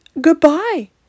goodbye